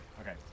Okay